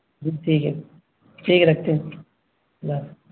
جی ٹھیک ہے ٹھیک ہے رکھتے ہیں خدا حافظ